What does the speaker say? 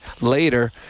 later